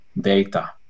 data